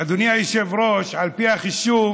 אדוני היושב-ראש, על פי החישוב,